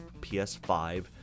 ps5